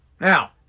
now